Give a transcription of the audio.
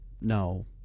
no